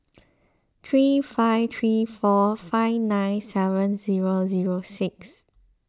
three five three four five nine seven zero zero six